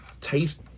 taste